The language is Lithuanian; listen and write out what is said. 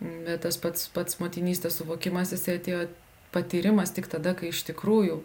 bet tas pats pats motinystės suvokimas jisai atėjo patyrimas tik tada kai iš tikrųjų